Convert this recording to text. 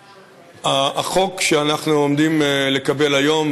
החוק שאנחנו עומדים לקבל היום,